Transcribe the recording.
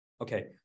Okay